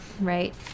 right